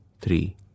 three